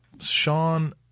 Sean